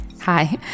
Hi